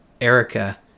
Erica